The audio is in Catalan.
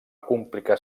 complicar